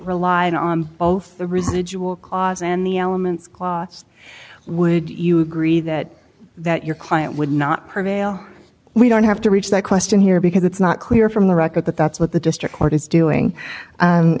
relied on both the residual clause and the elements clause would you agree that that your client would not prevail we don't have to reach that question here because it's not clear from the record that that's what the district court is doing and